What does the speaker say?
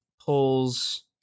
pulls